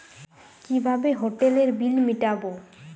কিভাবে হোটেলের বিল মিটাব?